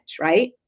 right